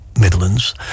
Midlands